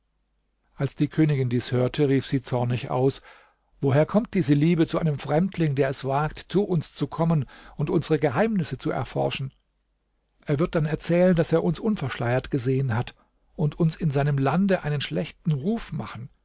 als die königin dies hörte rief sie zornig aus woher kommt diese liebe zu einem fremdling der es wagt zu uns zu kommen und unsere geheimnisse zu erforschen er wird dann erzählen daß er uns unverschleiert gesehen hat und uns in seinem lande einen schlechten ruf machen